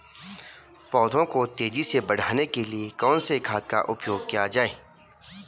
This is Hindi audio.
पौधों को तेजी से बढ़ाने के लिए कौन से खाद का उपयोग किया जाए?